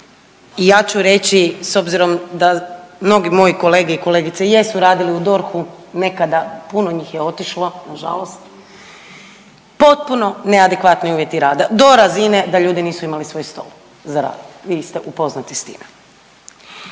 i ja ću reći s obzirom da mnogi moji kolege i kolegice jesu radili u DORH-u nekada, puno njih je otišlo nažalost, potpuno neadekvatni uvjeti rada do razine da ljudi nisu imali svoj stol za raditi, vi ste upoznati s time.